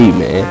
man